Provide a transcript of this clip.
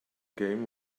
game